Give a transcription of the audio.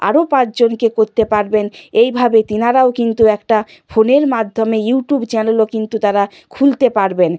আরও পাঁচজনকে করতে পারবেন এইভাবে তিনারাও কিন্তু একটা ফোনের মাধ্যমে ইউটিউব চ্যানেলও কিন্তু তারা খুলতে পারবেন